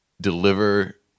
deliver